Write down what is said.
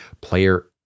Player